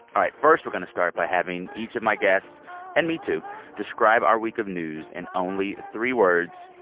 all right, first we're going to start by having each of my guests and me, too describe our week of news in only three words.